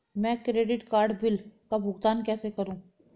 मैं credit card bill का भुगतान कैसे करूं?